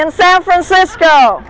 in san francisco